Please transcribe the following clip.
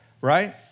right